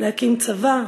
להקים צבא,